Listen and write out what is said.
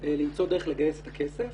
למצוא דרך לגייס את הכסף,